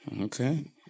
Okay